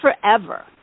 forever